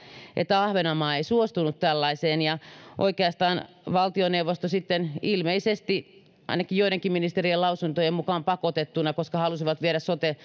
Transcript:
että ahvenanmaa ei suostunut tällaiseen oikeastaan valtioneuvosto sitten ilmeisesti ainakin joidenkin ministerien lausuntojen mukaan pakotettuna koska he halusivat viedä sote